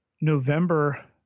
November